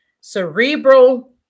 cerebral